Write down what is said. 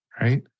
right